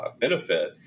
benefit